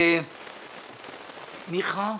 מיכה אבני,